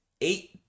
Eight